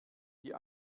die